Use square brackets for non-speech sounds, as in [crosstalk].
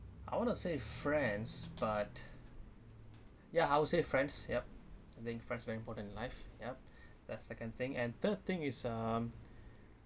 I want to say friends but ya I would say friends yup they in fact very important in life yup [breath] that's second thing and third thing is um